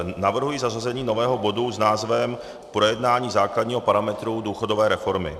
Navrhuji zařazení nového bodu s názvem Projednání základního parametru důchodové reformy.